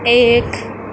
ایک